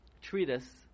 treatise